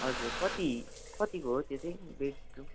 हजुर कति कतिको हो त्यो चाहिँ बेड रुम